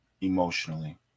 emotionally